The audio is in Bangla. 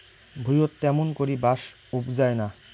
ভুঁইয়ত ত্যামুন করি বাঁশ উবজায় না